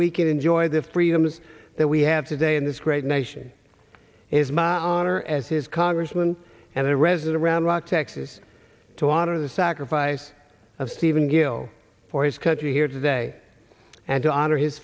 we can enjoy the freedoms that we have today in this great nation is my honor as his congressman and a resident round rock texas to honor the sacrifice of stephenville for his country here today and to honor his